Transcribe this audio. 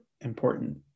important